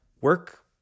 work